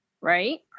right